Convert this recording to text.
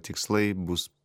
tikslai bus